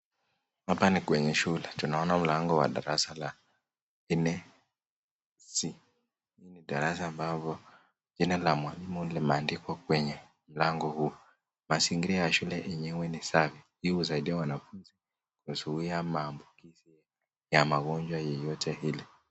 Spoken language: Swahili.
Hapa ni kwenye shule. Tunaona mlango wa darasa la nne C. Hii ni darasa ambapo jina la mwalimu limeandikwa kwenye mlango huu. Mazingira ya shule yenyewe ni safi. Hii husaidia wanafunzi kuzuia maambukizi ya magonjwa yoyote ile.